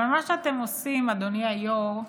אבל מה שאתם עושים, אדוני היו"ר,